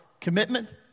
commitment